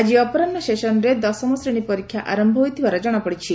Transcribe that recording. ଆଜି ଅପରାହୁରେ ସେସନ୍ରେ ଦଶମ ଶ୍ରେଣୀ ପରୀକ୍ଷା ଆରୟ ହୋଇଥିବାର ଜଣାପଡ଼ିଛି